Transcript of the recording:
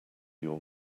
your